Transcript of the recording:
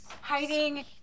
hiding